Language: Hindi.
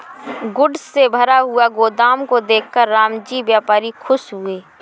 गुड्स से भरा हुआ गोदाम को देखकर रामजी व्यापारी खुश हुए